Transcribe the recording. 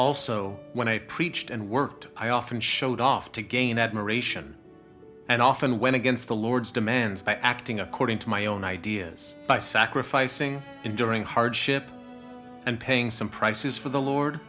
also when i preached and worked i often showed off to gain admiration and often went against the lord's demands by acting according to my own ideas by sacrificing enduring hardship and paying some prices for the lord